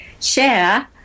share